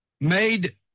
made